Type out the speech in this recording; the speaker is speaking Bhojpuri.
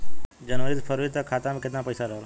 जनवरी से फरवरी तक खाता में कितना पईसा रहल?